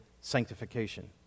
sanctification